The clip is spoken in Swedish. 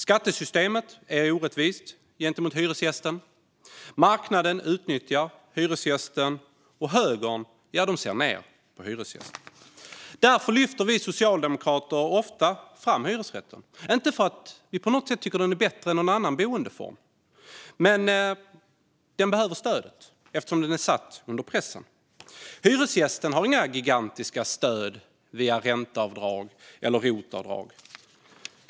Skattesystemet är orättvist gentemot hyresgästen, marknaden utnyttjar hyresgästen och högern ser ned på hyresgästen. Därför lyfter vi socialdemokrater ofta fram hyresrätten. Vi tycker inte på något sätt att den är bättre än någon annan boendeform, men den behöver stödet eftersom den är satt under press. Hyresgästen har inga gigantiska stöd via ränteavdrag eller rotavdrag.